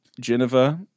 Geneva